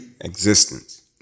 Existence